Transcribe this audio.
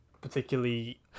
particularly